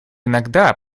иногда